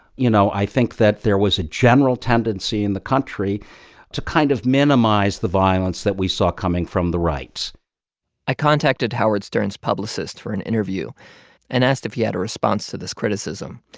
you know, i think that there was a general tendency in the country to kind of minimize the violence that we saw coming from the right i contacted howard stern's publicist for an interview and asked if he had a response to this criticism,